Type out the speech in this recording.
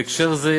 בהקשר זה,